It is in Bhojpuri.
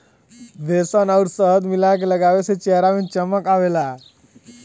बेसन आउर शहद मिला के लगावे से चेहरा में चमक आवला